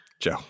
Joe